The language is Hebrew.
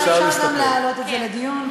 אפשר גם להעלות את זה לדיון.